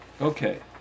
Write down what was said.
okay